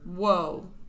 whoa